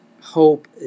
hope